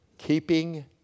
Keeping